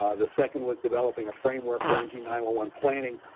the second was developing a framework for n g nine one one planning,